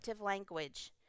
language